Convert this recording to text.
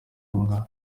inka